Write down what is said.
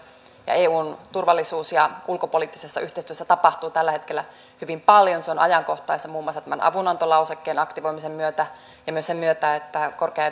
ja eun turvallisuus ja ulkopoliittisessa yhteistyössä tapahtuu tällä hetkellä hyvin paljon se on ajankohtaista muun muassa tämän avunantolausekkeen aktivoimisen myötä ja myös sen myötä että korkea